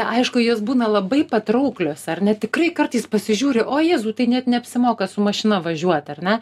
aišku jos būna labai patrauklios ar ne tikrai kartais pasižiūri o jėzau tai net neapsimoka su mašina važiuot ar ne